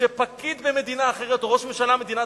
שפקיד במדינה אחרת או ראש ממשלה של מדינה